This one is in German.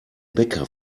bäcker